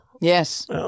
Yes